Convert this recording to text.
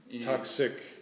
toxic